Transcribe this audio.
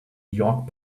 york